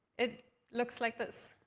it looks like this.